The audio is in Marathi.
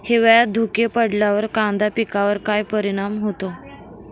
हिवाळ्यात धुके पडल्यावर कांदा पिकावर काय परिणाम होतो?